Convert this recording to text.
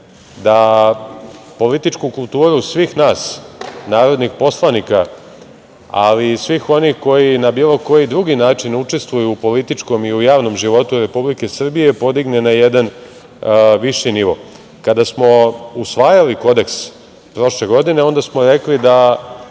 da političku kulturu svih nas narodnih poslanika, ali i svih onih koji na bilo koji drugi način učestvuju u političkom i u javnom životu Republike Srbije podigne na jedan viši nivo. Kada smo usvajali Kodeks prošle godine, onda smo rekli da